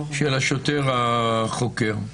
של השוטר החוקר,